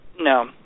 No